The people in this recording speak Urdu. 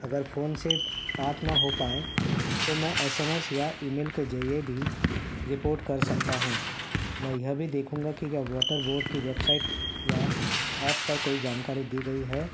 اگر فون سے بات نہ ہو پائے تو میں ایس ایم ایس یا ای میل کے ذریعے بھی رپورٹ کر سکتا ہوں میں یہ بھی دیکھوں گا کہ کیا واٹر بورڈ کی ویبسائٹ یا ایپ پر کوئی جانکاری دی گئی ہے